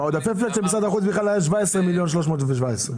בעודפי פלט של משרד החוץ היה 17 מיליון ו-317 אלף שקלים.